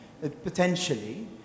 potentially